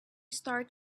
start